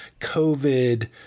COVID